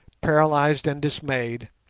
paralysed and dismayed,